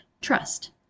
Trust